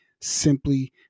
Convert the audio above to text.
simply